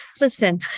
listen